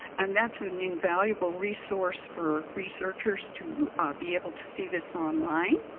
and that's an invaluable resource for researchers to be able to see this online.